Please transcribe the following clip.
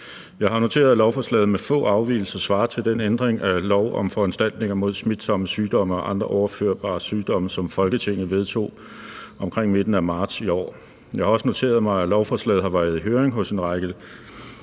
Jeg har noteret, at lovforslaget med få afvigelser svarer til den ændring af lov om foranstaltninger mod smitsomme sygdomme og andre overførbare sygdomme, som Folketinget vedtog omkring midten af marts i år. Jeg har også noteret mig, at lovforslaget har været i høring hos en række